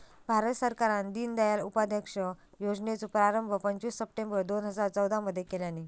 भारत सरकारान दिनदयाल उपाध्याय योजनेचो प्रारंभ पंचवीस सप्टेंबर दोन हजार चौदा मध्ये केल्यानी